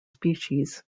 species